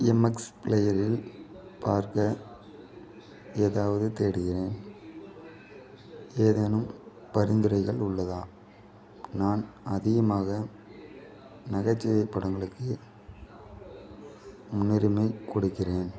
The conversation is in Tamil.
எம்எக்ஸ் ப்ளேயரில் பார்க்க ஏதாவது தேடுகிறேன் ஏதேனும் பரிந்துரைகள் உள்ளதா நான் அதிகமாக நகைச்சுவை படங்களுக்கு முன்னுரிமை கொடுக்கிறேன்